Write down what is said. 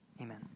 Amen